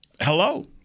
Hello